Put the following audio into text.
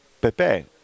Pepe